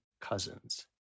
cousins